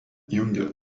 jungia